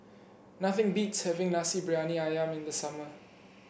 nothing beats having Nasi Briyani ayam in the summer